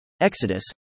Exodus